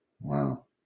Wow